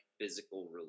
physical